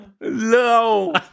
No